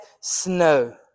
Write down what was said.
snow